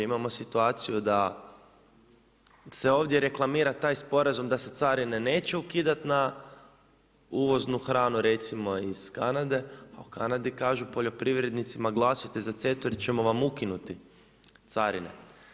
Imamo situaciju da se ovdje reklamira taj sporazum da se carine neće ukidati na uvoznu hranu, recimo iz Kanade, a u Kanadi kažu poljoprivrednicima glasujte za CETA-u jer ćemo vam ukinuti carine.